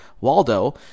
Waldo